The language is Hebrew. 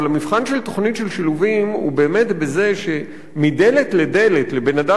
אבל המבחן של תוכנית של "שילובים" הוא באמת בזה שמדלת לדלת לבן-אדם